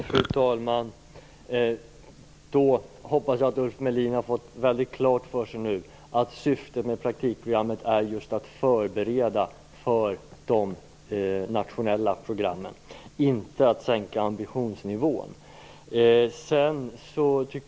Fru talman! Jag hoppas att Ulf Melin nu har fått klart för sig att syftet med praktikprogrammet är just att förbereda för de nationella programmen, inte att sänka ambitionsnivån.